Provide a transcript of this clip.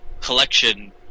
collection